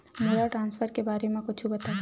मोला ट्रान्सफर के बारे मा कुछु बतावव?